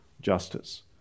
justice